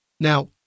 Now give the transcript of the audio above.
Now